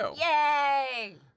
Yay